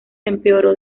empeoró